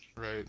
Right